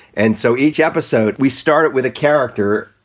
and so each episode we started with a character,